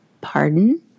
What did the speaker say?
pardon